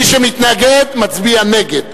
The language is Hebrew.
מי שמתנגד, מצביע נגד.